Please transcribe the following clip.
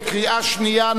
בקריאה שנייה.